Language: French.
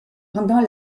pendant